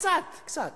קצת, קצת,